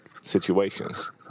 situations